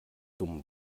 dumm